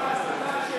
ב"חמאס" אתה אשם.